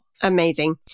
Amazing